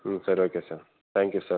ம் சரி okay sir thank you sir